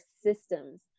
systems